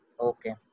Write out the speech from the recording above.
okay